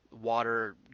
water